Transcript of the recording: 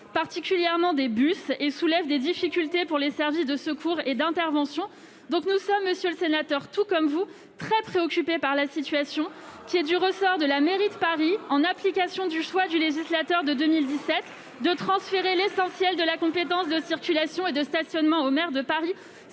Prenez le métro !... et soulèvent des difficultés pour les services de secours et d'intervention. Nous sommes donc, tout comme vous, monsieur le sénateur, très préoccupés par la situation, qui est du ressort de la mairie de Paris, en application du choix du législateur de 2017 de transférer l'essentiel de la compétence de circulation et de stationnement au maire de Paris.